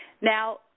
Now